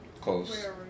Close